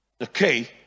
Okay